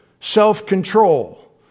self-control